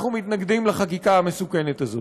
אנחנו מתנגדים לחקיקה המסוכנת הזו.